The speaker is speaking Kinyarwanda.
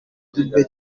dube